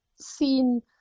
seen